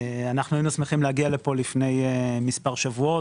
היינו שמחים להגיע לפה לפני מספר שבועות,